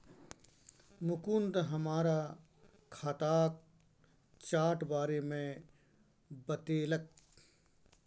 मुकुंद हमरा खाताक चार्ट बारे मे बतेलक